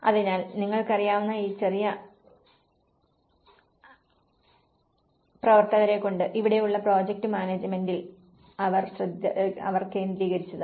അതിനാൽ നിങ്ങൾക്കറിയാവുന്ന ഈ ചെറിയ പ്രവർത്തകരെയാണ് ഇവിടെയുള്ള പ്രോജക്റ്റ് മാനേജുമെന്റിൽ അവർ കേന്ദ്രീകരിച്ചത്